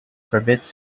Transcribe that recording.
forbids